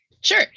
Sure